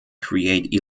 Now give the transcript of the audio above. create